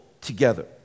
together